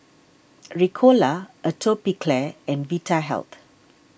Ricola Atopiclair and Vitahealth